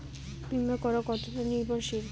বীমা করা কতোটা নির্ভরশীল?